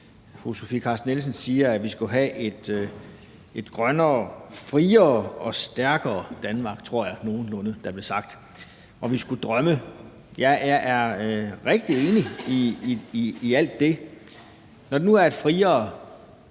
fru Sofie Carsten Nielsen sige, at vi skulle have et grønnere, friere og stærkere Danmark, som jeg nogenlunde tror der blev sagt; og vi skulle drømme. Jeg er meget enig i alt det. I forhold til et friere